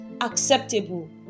acceptable